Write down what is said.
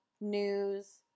news